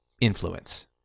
influence